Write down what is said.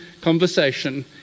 conversation